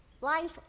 Life